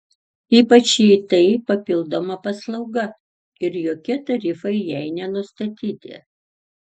ypač jei tai papildoma paslauga ir jokie tarifai jai nesustatyti